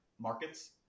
markets